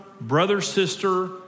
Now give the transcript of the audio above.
brother-sister